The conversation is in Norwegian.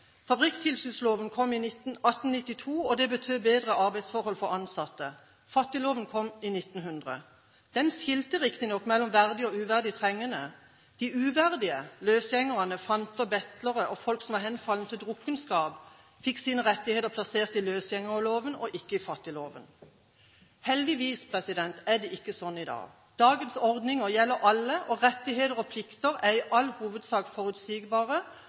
Fabrikktilsynsloven kom i 1892, og det betød bedre arbeidsforhold for ansatte. Fattigloven kom i 1900. Den skilte riktignok mellom verdig og uverdig trengende. De uverdige, løsgjengerne, fanter, betlere og folk som var henfallen til drukkenskap, fikk sine rettigheter plassert i løsgjengerloven, ikke i fattigloven. Heldigvis er det ikke slik i dag. Dagens ordninger gjelder alle, og rettigheter og plikter er i all hovedsak forutsigbare